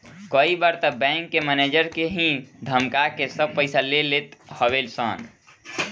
कई बार तअ बैंक के मनेजर के ही धमका के सब पईसा ले लेत हवे सन